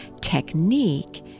technique